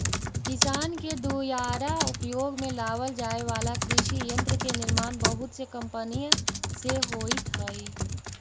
किसान के दुयारा उपयोग में लावल जाए वाला कृषि यन्त्र के निर्माण बहुत से कम्पनिय से होइत हई